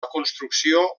construcció